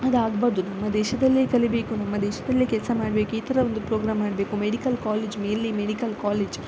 ಅದಾಗಬಾರ್ದು ನಮ್ಮ ದೇಶದಲ್ಲೇ ಕಲಿಯಬೇಕು ನಮ್ಮ ದೇಶದಲ್ಲೇ ಕೆಲಸ ಮಾಡ್ಬೇಕು ಈ ಥರ ಒಂದು ಪ್ರೋಗ್ರಾಮ್ ಮಾಡಬೇಕು medical college mainly medical college